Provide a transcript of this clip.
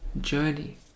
journey